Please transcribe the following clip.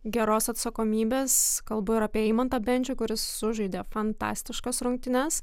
geros atsakomybės kalbu ir apie eimantą bendžių kuris sužaidė fantastiškas rungtynes